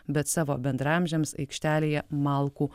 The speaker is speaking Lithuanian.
bet savo bendraamžiams aikštelėje malkų